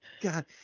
God